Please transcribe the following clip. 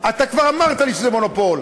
אתה כבר אמרת לי שזה מונופול,